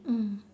mm